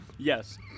Yes